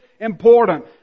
important